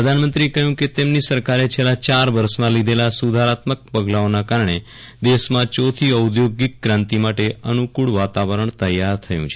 પ્રધાનમંત્રીએ કહ્યું કે તેમની સરકારે છેલ્લા ચાર વર્ષમાં લીધેલા સુધારાત્મક પગલાઓના કારણે દેશમાં ચોથી ઔદ્યોગિક ક્રાંતિ માટે અનુકૂળ વાતાવરણ તૈયાર થયું છે